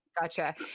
gotcha